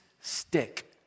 stick